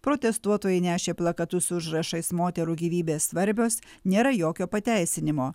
protestuotojai nešė plakatus su užrašais moterų gyvybės svarbios nėra jokio pateisinimo